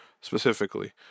specifically